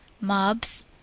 mobs